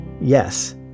Yes